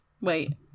wait